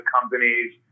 companies